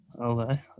Okay